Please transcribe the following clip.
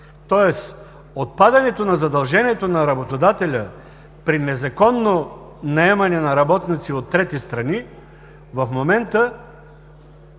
тоест отпадането на задължението на работодателя при незаконно наемане на работници от трети страни в момента